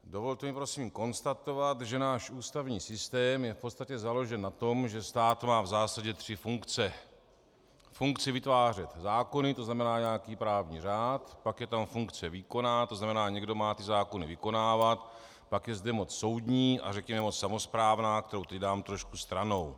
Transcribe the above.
Dovolte mi prosím konstatovat, že náš ústavní systém je v podstatě založen na tom, že stát má v zásadě tři funkce funkci vytvářet zákony, to znamená nějaký právní řád, pak je tam funkce výkonná, to znamená někdo má ty zákony vykonávat, pak je zde moc soudní a řekněme moc samosprávná, kterou teď dám trošku stranou.